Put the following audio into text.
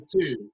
two